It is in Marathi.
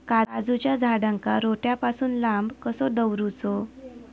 काजूच्या झाडांका रोट्या पासून लांब कसो दवरूचो?